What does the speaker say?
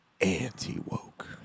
anti-woke